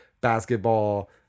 basketball